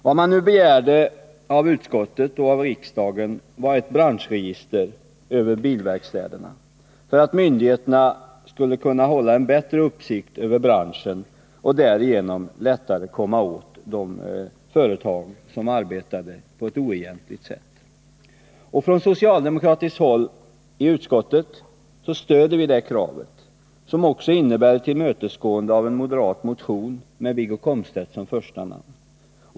Vad man nu begärde av utskottet och riksdagen var ett branschregister över bilverkstäderna för att myndigheterna skall kunna hålla en bättre uppsikt över branschen och därigenom lättare komma åt företag som arbetar på ett oegentligt sätt. Från socialdemokratiskt håll i utskottet stöder vi detta krav, som också innebär ett tillmötesgående av en moderat motion med Wiggo Komstedt som första namn.